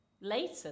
Later